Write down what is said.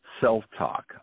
self-talk